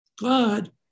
God